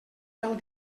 tal